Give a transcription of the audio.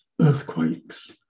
earthquakes